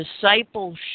Discipleship